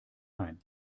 ein